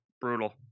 Brutal